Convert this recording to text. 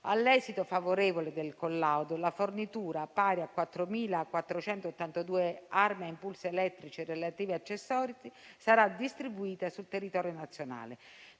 All'esito favorevole del collaudo la fornitura, pari a 4.482 armi a impulsi elettrici e relativi accessori, sarà distribuita sul territorio nazionale.